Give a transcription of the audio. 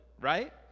right